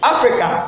Africa